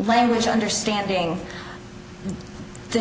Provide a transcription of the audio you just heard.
language understanding the